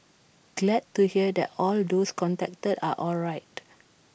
glad to hear that all those contacted are alright